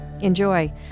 Enjoy